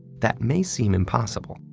that may seem impossible.